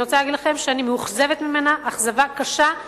אני רוצה להגיד לכם שאני מאוכזבת ממנה אכזבה קשה,